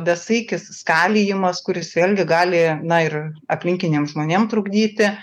besaikis skalijimas kuris vėlgi gali na ir aplinkiniam žmonėm trukdyti